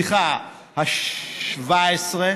בכנסת השבע-עשרה,